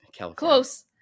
Close